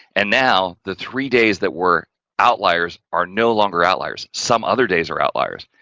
and now, the three days that were outliers, are no longer outliers, some other days are outliers.